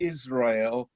Israel